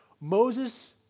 Moses